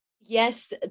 Yes